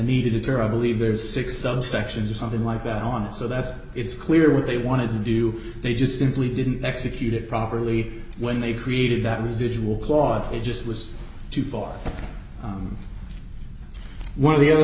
needed it or i believe there's six subsections or something like that on it so that it's clear what they wanted to do they just simply didn't execute it properly when they created that residual clause it just was too far one of the o